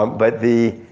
um but the,